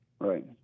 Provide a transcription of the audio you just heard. Right